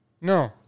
No